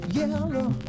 yellow